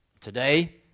Today